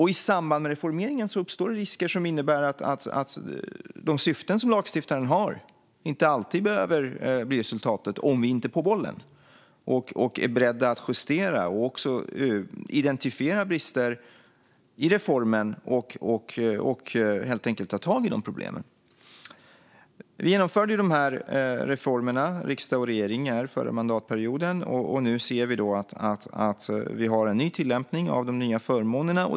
I samband med reformeringen uppstår risker som innebär att de syften som lagstiftaren har inte alltid behöver bli resultatet om vi inte är på bollen och är beredda att justera och identifiera brister i reformen och helt enkelt ta tag i de problemen. Vi - riksdag och regering - genomförde de här reformerna under förra mandatperioden, och nu ser vi att vi har en ny tillämpning av de nya förmånerna.